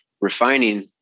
refining